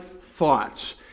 thoughts